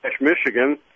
Michigan